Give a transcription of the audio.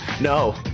no